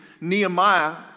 Nehemiah